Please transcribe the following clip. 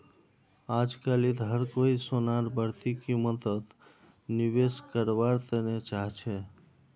अजकालित हर कोई सोनार बढ़ती कीमतत निवेश कारवार तने चाहछै